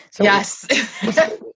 Yes